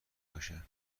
باشه